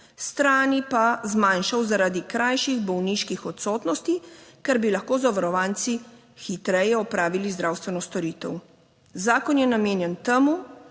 strani pa zmanjšal zaradi krajših bolniških odsotnosti, ker bi lahko zavarovanci hitreje opravili zdravstveno storitev. Zakon je namenjen temu,